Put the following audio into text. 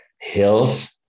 hills